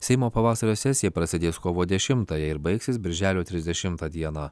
seimo pavasario sesija prasidės kovo dešimtąją ir baigsis birželio trisdešimtą dieną